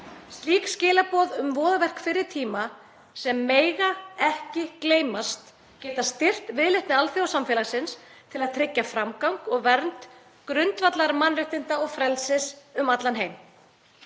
Slík skilaboð um voðaverk fyrri tíma sem mega ekki gleymast geta styrkt viðleitni alþjóðasamfélagsins til að tryggja framgang og vernd grundvallarmannréttinda og frelsis um allan heim.